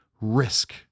risk